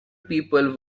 people